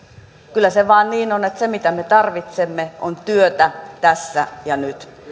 kyllä se vain niin on että se mitä me tarvitsemme on työtä tässä ja nyt